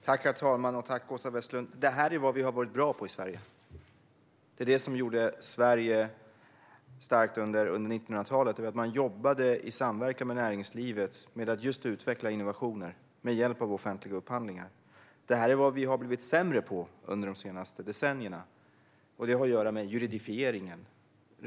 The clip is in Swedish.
Herr talman! Tack, Åsa Westlund! Detta är vad vi har varit bra på i Sverige och något som gjorde Sverige starkt under 1900-talet. Man jobbade i samverkan med näringslivet just med att utveckla innovationer med hjälp av offentliga upphandlingar. Vi har blivit sämre på detta under de senaste decennierna, och det har att göra med juridifieringen.